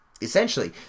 Essentially